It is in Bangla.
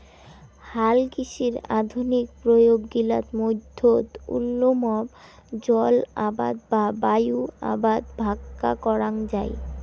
হালকৃষির আধুনিক প্রয়োগ গিলার মধ্যত উল্লম্ব জলআবাদ বা বায়ু আবাদ ভাক্কা করাঙ যাই